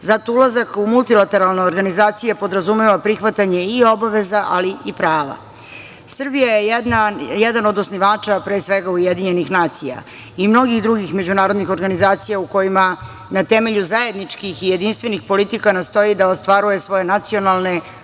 Zato ulazak u multilateralne organizacije podrazumeva prihvatanje i obaveza, ali i prava. Srbija je jedan od osnivača pre svega UN i mnogih drugih međunarodnih organizacija u kojima na temelju zajedničkih i jedinstvenih politika nastoji da ostvaruje svoje nacionalne